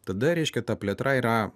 tada reiškia ta plėtra yra